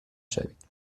شوید